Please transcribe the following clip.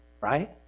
Right